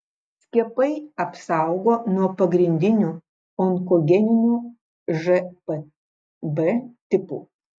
skiepai apsaugo nuo pagrindinių onkogeninių žpv tipų